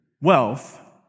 wealth